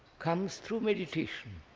comes through meditation.